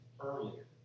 earlier